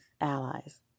allies